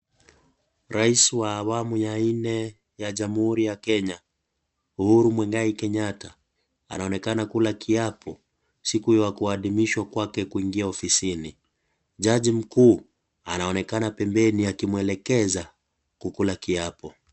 Kwa isu wa awamu ya ine ya Jamuhuri ya Kenya, Uhuru Mungai Kenyata anahonekana kula kiyapo siku yuwa kuadmisho kwa keku ingi ya ofisini. Jaji Mkuu anahonekana pembeni ya kimwelekeza kukula kiyapo.